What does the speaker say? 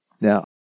Now